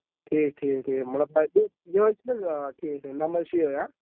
ٹھیٖک ٹھیٖک ٹھیٖک مطلب تتہِ یِہےَ چھُناہ آ ٹھیٖک آ نَمبر چھُ یِہےَ